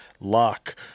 luck